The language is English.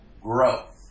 growth